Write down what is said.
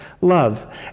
love